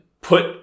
put